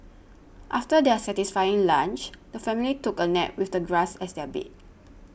after their satisfying lunch the family took a nap with the grass as their bed